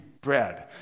bread